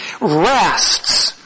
rests